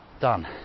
Done